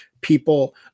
people